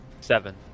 Seven